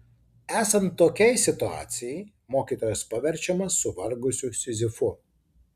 esant tokiai situacijai mokytojas paverčiamas suvargusiu sizifu